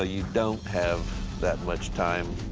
ah you don't have that much time.